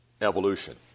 evolution